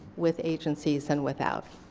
with agencies and without.